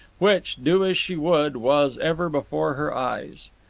which, do as she would, was ever before her eyes.